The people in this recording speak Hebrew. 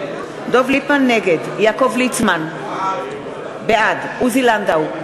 נגד יעקב ליצמן, בעד עוזי לנדאו,